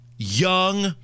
young